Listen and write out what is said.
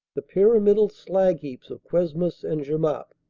the pyramidal slag-heaps of cuesmes and jemappes.